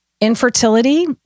Infertility